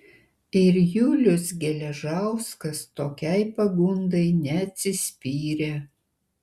ir julius geležauskas tokiai pagundai neatsispyrė